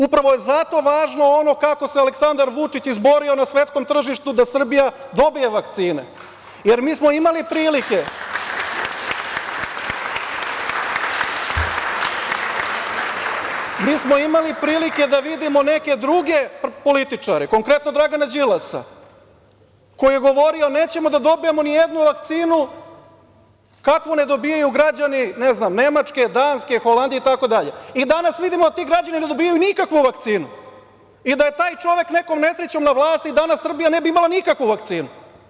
Upravo je zato važno ono kako se Aleksandar Vučić izborio na svetskom tržištu da Srbija dobije vakcine, jer mi smo imali prilike da vidimo neke druge političare, konkretno Dragana Đilasa, koji je govorio nećemo da dobijamo ni jednu vakcinu kakvu ne dobijaju građani, ne znam, Nemačke, Danske, Holandije itd, i danas vidimo da ti građani ne dobijaju nikakvu vakcinu i da je taj čovek nekom nesrećom na vlasti danas Srbija ne bi imala nikakvu vakcinu.